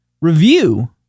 review